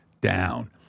down